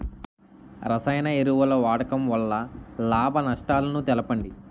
రసాయన ఎరువుల వాడకం వల్ల లాభ నష్టాలను తెలపండి?